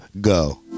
go